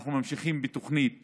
אנחנו ממשיכים בתוכנית